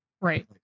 Right